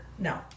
no